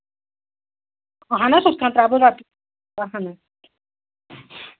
اَہن حظ ہُتھ کَن ترٛاوٕ بہٕ رۄپیہِ اَہن حظ